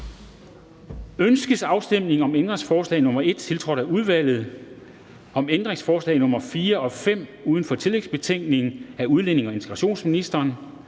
Ønskes afstemning om ændringsforslag nr. 1, tiltrådt af udvalget, om ændringsforslag nr. 4 og 5 uden for tillægsbetænkningen af udlændinge- og integrationsministeren,